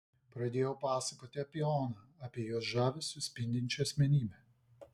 pradėjau pasakoti apie oną apie jos žavesiu spindinčią asmenybę